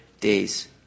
days